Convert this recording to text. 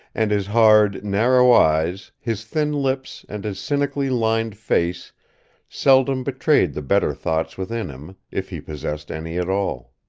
and his hard, narrow eyes, his thin lips and his cynically lined face seldom betrayed the better thoughts within him, if he possessed any at all.